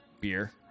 beer